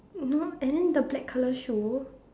no and then the black colour shoe